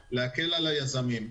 להקל על התקינה ולהקל על היזמים.